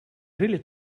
жили